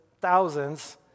thousands